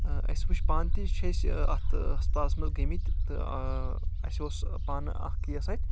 اَسہِ وٕچھ پانہٕ تہِ چھِ أسۍ اَتھ ہسپتالَس منٛز گٔمٕتۍ تہٕ اَسہِ اوس پانہٕ اکھ کیس اَتہِ